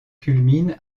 culmine